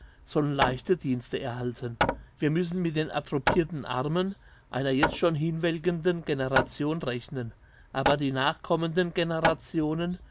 sollen leichte dienste erhalten wir müssen mit den atrophirten armen einer jetzt schon hinwelkenden generation rechnen aber die nachkommenden generationen